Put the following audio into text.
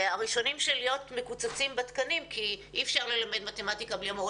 הראשונים להיות מקוצצים בתקנים כי אי אפשר ללמד מתמטיקה בלי המורה